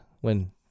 when—